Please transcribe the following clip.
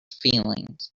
feelings